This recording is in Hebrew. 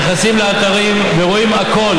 נכנסים לאתרים, רואים הכול.